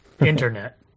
Internet